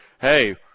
hey